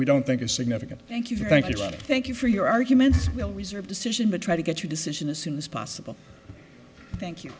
we don't think it's significant thank you thank you thank you for your arguments we'll reserve decision to try to get your decision as soon as possible thank you